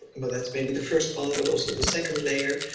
but that's maybe the first one but also the second layer,